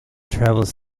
travels